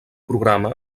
programa